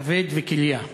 כבד וכליה.